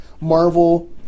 Marvel